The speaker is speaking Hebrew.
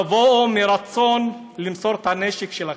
תבואו מרצון למסור את הנשק שלכם.